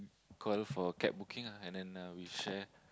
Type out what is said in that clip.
call for cab booking ah and then uh we share